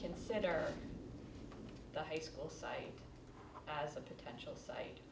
consider the high school site as a potential site